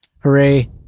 Hooray